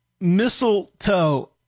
mistletoe